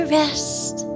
rest